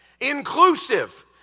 Inclusive